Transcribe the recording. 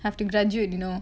I have to graduate you know